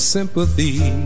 sympathy